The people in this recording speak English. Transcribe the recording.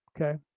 Okay